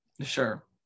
Sure